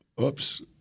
Oops